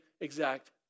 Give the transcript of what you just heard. exact